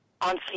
on